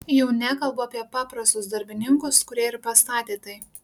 jau nekalbu apie paprastus darbininkus kurie ir pastatė tai